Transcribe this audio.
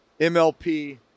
MLP